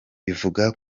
bivuga